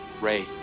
Ray